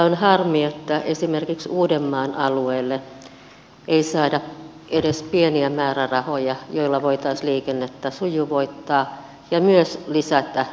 on harmi että esimerkiksi uudenmaan alueelle ei saada edes pieniä määrärahoja joilla voitaisiin liikennettä sujuvoittaa ja myös lisätä asuntorakentamista